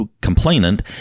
complainant